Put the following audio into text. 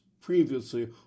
previously